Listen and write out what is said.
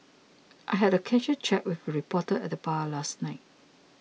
I had a casual chat with a reporter at the bar last night